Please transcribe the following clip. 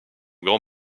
grand